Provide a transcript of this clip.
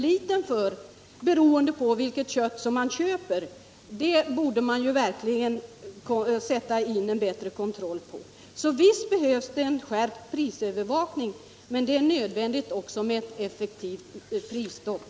litern för, beroende på vilket kött de köper, borde man verkligen sätta in en bättre kontroll på. Visst behövs den skärpt prisövervakning, men det är också nödvändigt med ett effektivt prisstopp.